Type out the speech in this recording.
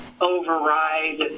override